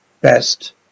best